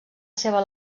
seva